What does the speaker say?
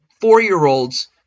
four-year-olds